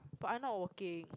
but I'm not working